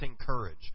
Courage